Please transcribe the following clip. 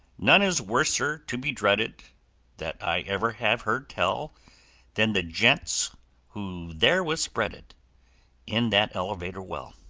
none is worser to be dreaded that i ever have heard tell than the gent's who there was spreaded in that elevator-well.